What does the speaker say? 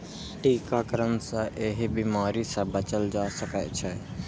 टीकाकरण सं एहि बीमारी सं बचल जा सकै छै